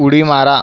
उडी मारा